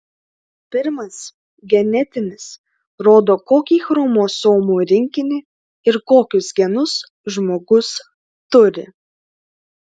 pirmas genetinis rodo kokį chromosomų rinkinį ir kokius genus žmogus turi